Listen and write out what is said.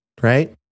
right